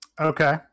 Okay